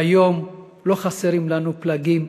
והיום לא חסרים לנו פלגים,